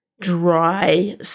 dry